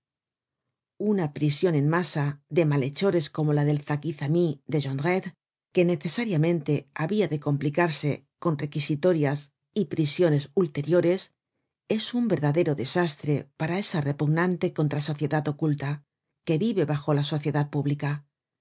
una prision en masa de malhechores como la del zaquizamí de jon drette que necesariamente habia de complicarse con requisitorias y pri siones ulteriores es un verdadero desastre para esa repugnante contrasociedad oculta que vive bajo la sociedad pública